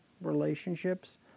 relationships